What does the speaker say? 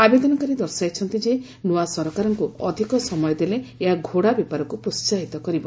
ଆବେଦନକାରୀ ଦର୍ଶାଇଛନ୍ତି ଯେ ନ୍ତୁଆ ସରକାରଙ୍କୁ ଅଧିକ ସମୟ ଦେଲେ ଏହା ଘୋଡ଼ା ବେପାରକୁ ପ୍ରୋହାହିତ କରିବ